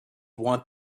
want